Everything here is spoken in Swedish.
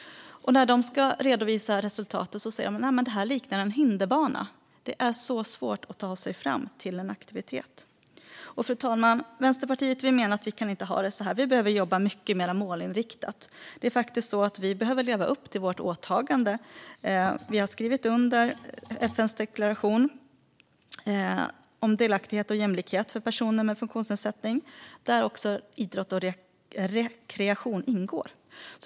När resultatet redovisades sa man att det liknade en hinderbana - det är svårt att ta sig fram till en aktivitet. Fru talman! Vänsterpartiet menar att vi inte kan ha det så här. Vi behöver jobba mycket mer målinriktat för att leva upp till vårt åtagande. Vi har skrivit under FN:s deklaration om delaktighet och jämlikhet för personer med funktionsnedsättning, och där ingår idrott och rekreation.